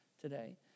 today